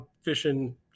fishing